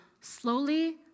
slowly